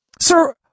Sir